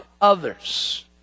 others